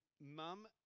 Mum